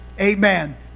Amen